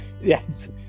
Yes